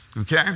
Okay